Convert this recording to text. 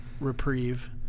reprieve